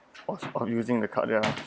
of of using the card ya